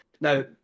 now